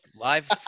live